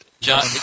John